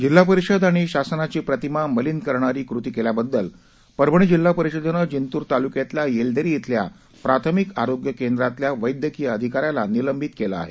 जिल्हा परिषद आणि शासनाची प्रतिमा मलिन करणारी कृती केल्याबद्दल परभणी जिल्हा परिषदेनं जिंतूर तालुक्यातल्या येलदरी इथल्या प्राथमिक आरोग्य केंद्रातल्या वैद्यकीय अधिकाऱ्याला निलंबित केलं आहे